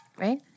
Right